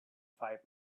five